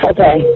Okay